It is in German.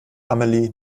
amelie